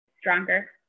stronger